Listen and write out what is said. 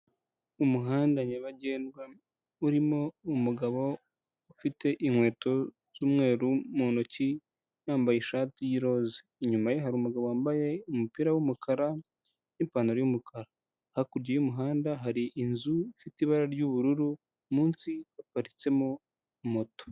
Umuhanda nyabagendwa urimo umugabo ufite inkweto z'umweru mu ntoki yambaye ishati y'iroza, inyuma ye hari umugabo wambaye umupira w'umukara n'ipantaro y'umukara, hakurya y'umuhanda hari inzu ifite ibara ry'ubururu munsi haparitsemo moto.